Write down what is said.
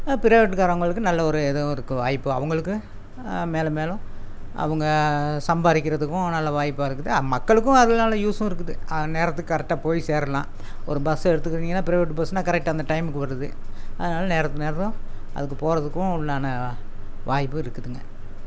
private காரவங்களுக்கு நல்ல ஒரு எதோ இருக்கு வாய்ப்பு அவங்களுக்கும் மேலும் மேலும் அவங்க சம்பாதிக்கிறத்துக்கும் நல்ல வாய்ப்பாக இருக்குது அ மக்களுக்கும் அதனால் யூசும் இருக்குது அ நேரத்துக்கு கரெக்டாக போயி சேரலாம் ஒரு பஸ் எடுத்துக்கிட்டிங்கன்னா நீங்களாம் பிரைவேட் பஸ்ன்னா கரெக்ட் அந்த டைம்க்கு வருது அதனால நேரத்துக்கு நேரம் அதுக்கு போகறதுக்கும் உண்டான வாய்ப்பும் இருக்குந்துங்க